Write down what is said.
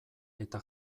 eta